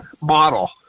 model